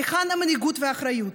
היכן המנהיגות והאחריות?